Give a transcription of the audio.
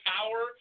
power